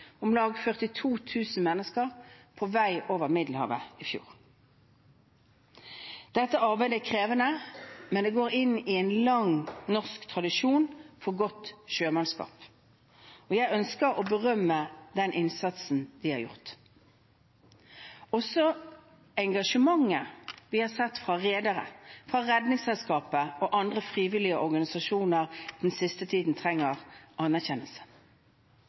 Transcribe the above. om lag 42 000 mennesker på vei over Middelhavet i fjor. Dette arbeidet er krevende, men det går inn i en lang norsk tradisjon for godt sjømannskap. Jeg ønsker å berømme den innsatsen de har gjort. Også engasjementet vi har sett fra redere, fra Redningsselskapet og fra andre frivillige organisasjoner den siste tiden, trenger anerkjennelse.